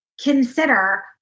consider